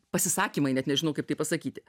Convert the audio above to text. pasisakymai net nežinau kaip tai pasakyti